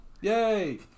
Yay